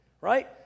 right